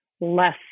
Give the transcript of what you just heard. less